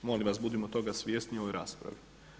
Molim vas budimo toga svjesni u ovoj raspravi.